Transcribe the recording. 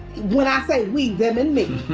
when i say, we, them and me.